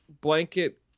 blanket